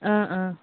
অঁ অঁ